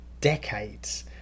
decades